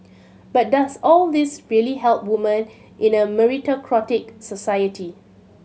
but does all this really help women in a meritocratic society